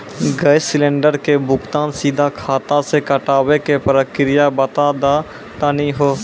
Gas cylinder के भुगतान सीधा खाता से कटावे के प्रक्रिया बता दा तनी हो?